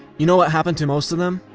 you know what happened to most of them?